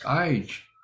age